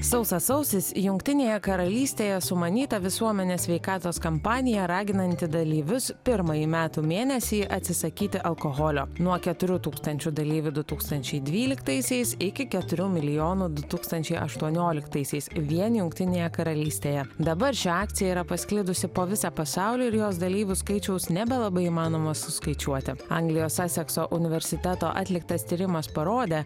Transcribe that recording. sausas sausis jungtinėje karalystėje sumanyta visuomenės sveikatos kampanija raginanti dalyvius pirmąjį metų mėnesį atsisakyti alkoholio nuo keturių tūkstančių dalyvių du tūkstančiai dvyliktaisiais iki keturių milijonų du tūkstančiai aštuonioliktaisiais vien jungtinėje karalystėje dabar ši akcija yra pasklidusi po visą pasaulį ir jos dalyvių skaičiaus nebelabai įmanoma suskaičiuoti anglijos sasekso universiteto atliktas tyrimas parodė